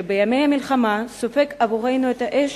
שבימי מלחמה סופג עבורנו את האש,